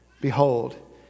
Behold